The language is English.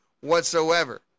whatsoever